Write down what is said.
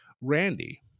Randy